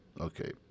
okay